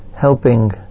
helping